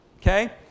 okay